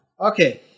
Okay